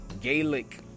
Gaelic